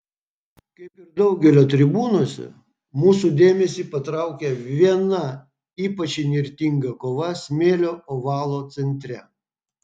kaip ir daugelio tribūnose mūsų dėmesį patraukia viena ypač įnirtinga kova smėlio ovalo centre